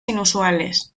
inusuales